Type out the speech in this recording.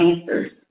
answers